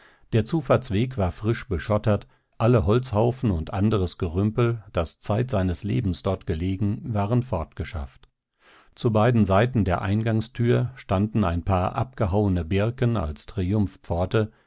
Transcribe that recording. der zufahrtsweg war frisch beschottert alte holzhaufen und andres gerümpel das zeit seines lebens dort gelegen waren fortgeschafft zu beiden seiten der eingangstür standen ein paar abgehauene birken als triumphpforte